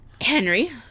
Henry